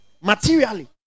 Materially